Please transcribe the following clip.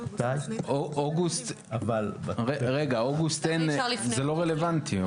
אוגוסט זה לא רלבנטי.